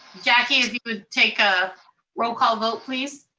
jackie, if you would take a roll call vote please.